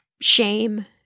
shame